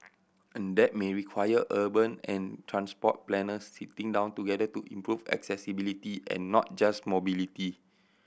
and that may require urban and transport planners sitting down together to improve accessibility and not just mobility